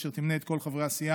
אשר תמנה את כל חברי הסיעה